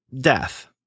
death